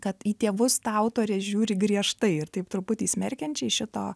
kad į tėvus ta autorė žiūri griežtai ir taip truputį smerkiančiai šito